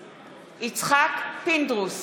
פינדרוס,